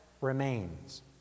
remains